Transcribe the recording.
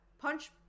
Punch